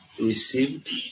received